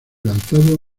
lanzado